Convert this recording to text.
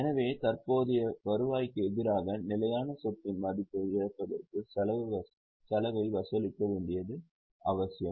எனவே தற்போதைய வருவாய்க்கு எதிராக நிலையான சொத்தின் மதிப்பை இழப்பதற்கான செலவை வசூலிக்க வேண்டியது அவசியம்